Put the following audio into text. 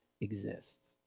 exists